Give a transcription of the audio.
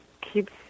keeps